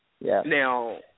Now